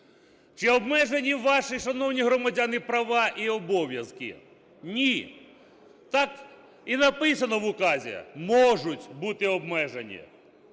Чи обмежені ваші, шановні громадяни, права і обов'язки? Ні. Так і написано в указі: можуть бути обмежені.